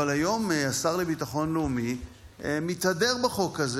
אבל היום השר לביטחון לאומי מתהדר בחוק הזה.